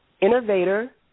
innovator